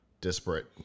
disparate